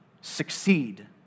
succeed